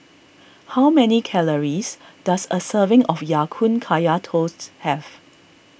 how many calories does a serving of Ya Kun Kaya Toast have